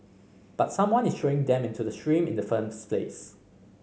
but someone is throwing them into the stream in the firms place